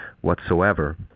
whatsoever